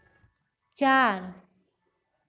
चार